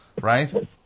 Right